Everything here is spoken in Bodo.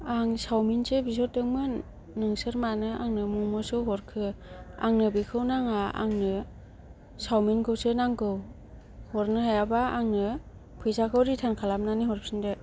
आं सावमिनसो बिहरदोंमोन नोंसोर मानो आंनो मम'सो हरखो आंनो बिखौ नाङा आंनो सावमिनखौसो नांगौ हरनो हायाबा आंनो फैसाखौ रिथान खालामनानै हरफिन्दो